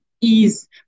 ease